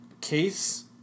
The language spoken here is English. Case